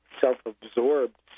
self-absorbed